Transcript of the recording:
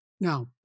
Now